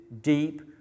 deep